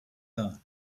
are